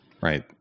right